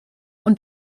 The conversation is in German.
und